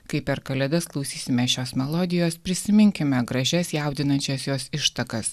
kai per kalėdas klausysimės šios melodijos prisiminkime gražias jaudinančias jos ištakas